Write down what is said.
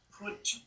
put